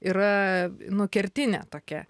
yra nu kertinė tokia